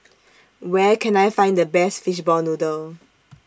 Where Can I Find The Best Fishball Noodle